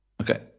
Okay